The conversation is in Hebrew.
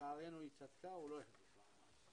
לצערנו היא צדקה, הוא לא החזיק מעמד.